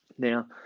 Now